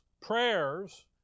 prayers